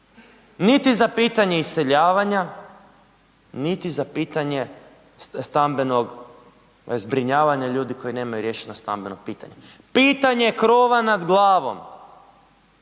niti za pitanje iseljavanja, niti za pitanje stambenog zbrinjavanja ljudi koji nemaju riješeno stambeno pitanje. Pitanje krova nad glavom